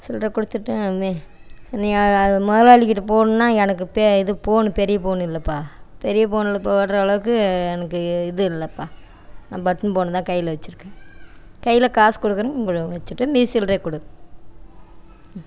சில்லற கொடுத்துட்டு நீ நீ அது அது முதலாளிகிட்ட போகணுன்னா எனக்கு தே இது போனு பெரிய போனு இல்லைப்பா பெரிய ஃபோன்ல போடுற அளவுக்கு எனக்கு இது இல்லைப்பா நான் பட்டனு ஃபோனு தான் கையில வச்சுருக்கேன் கையில காஸ் கொடுக்குறேன் உங்களை வச்சிட்டு மீதி சில்லறய கொடு